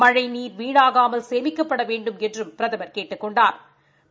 மழைநீர் வீணாகாமல் சேமிக்கப்பட வேண்டும் என்றும் பிரதமர் கேட்டுக் கொண்டாா்